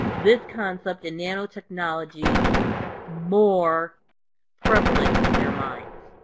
this concept in nanotechnology more prevalent in their minds.